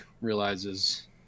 realizes